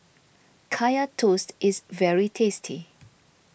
Kaya Toast is very tasty